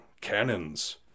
Cannons